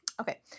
Okay